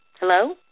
Hello